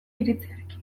iritziarekin